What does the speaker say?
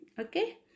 Okay